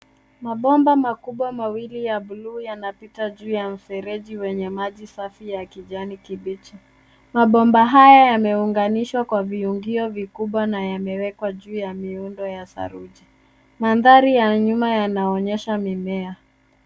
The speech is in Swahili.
Mabomba makubwa mawili ya buluu yanapita juu ya mfereji wenye maji safi ya kijani kibichi. Mabomba haya yameunganishwa kwa viungio vikubwa na yamewekwa juu ya miundo ya saruji. Mandhari ya nyuma yanaonyesha mimea.